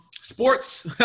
sports